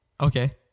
Okay